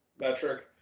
metric